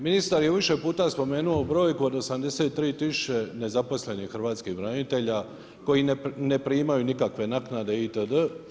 Ministar je više puta spomenuo brojku od 83000 nezaposlenih hrvatskih branitelja koji ne primaju nikakve naknade itd.